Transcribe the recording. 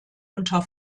unter